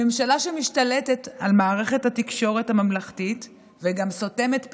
ממשלה שמשתלטת על מערכת התקשורת הממלכתית וגם סותמת פיות,